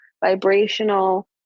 Vibrational